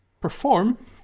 perform